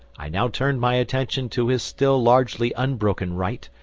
i now turned my attention to his still largely unbroken right,